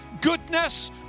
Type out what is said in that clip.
goodness